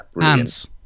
Ants